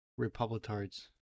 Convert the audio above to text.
republicards